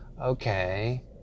okay